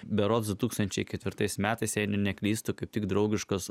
berods du tūkstančiai ketvirtais metais jei neklystu kaip tik draugiškos